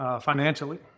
Financially